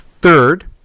Third